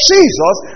Jesus